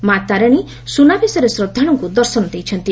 ମା' ତାରିଶୀ ସୁନାବେଶରେ ଶ୍ରଦ୍ଧାଳୁଙ୍କୁ ଦର୍ଶନ ଦେଇଛନ୍ତି